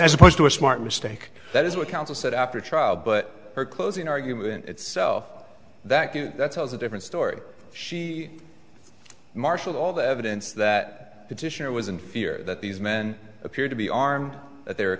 as opposed to a smart mistake that is what counsel said after trial but closing argument itself that that's was a different story she marshal all the evidence that petitioner was in fear that these men appeared to be armed that they were